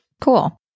Cool